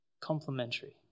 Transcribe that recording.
Complementary